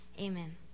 Amen